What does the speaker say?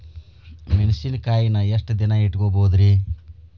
ಮೆಣಸಿನಕಾಯಿನಾ ಎಷ್ಟ ದಿನ ಇಟ್ಕೋಬೊದ್ರೇ?